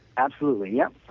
absolutely, yeah,